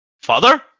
father